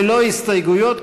ללא הסתייגויות,